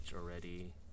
already